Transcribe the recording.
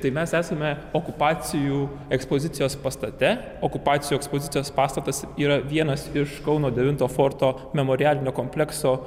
tai mes esame okupacijų ekspozicijos pastate okupacijų ekspozicijos pastatas yra vienas iš kauno devinto forto memorialinio komplekso